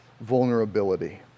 vulnerability